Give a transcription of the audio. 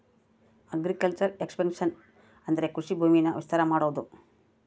agriculture expansion ಅಂದ್ರೆ ಕೃಷಿ ಭೂಮಿನ ವಿಸ್ತಾರ ಮಾಡೋದು